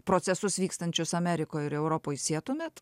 procesus vykstančius amerikoj ir europoj sietumėt